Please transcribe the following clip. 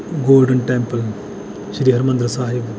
golden Temple Shri Harmandar Sahib